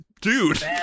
dude